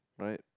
right